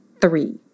three